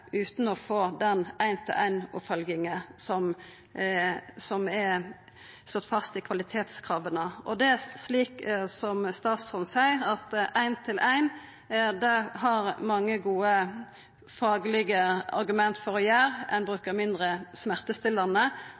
utan å få den ein-til-ein-oppfølginga som er slått fast i kvalitetskrava. Og det er slik, som statsråden seier, at ei ein-til-ein-oppfølging har ein mange gode faglege argument for å ha – ein brukar mindre smertestillande,